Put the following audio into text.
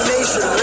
Nation